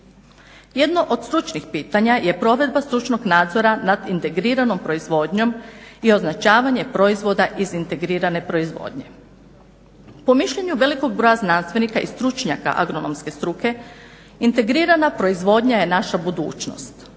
Jedno od stručnih pitanja je provedba stručnog nadzora nad integriranom proizvodnjom i označavanje proizvoda iz integrirane proizvodnje. Po mišljenju velikog broja znanstvenika i stručnjaka agronomske struke integrirana proizvodnja je naša budućnost.